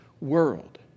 world